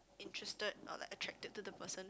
interested or like attracted to the person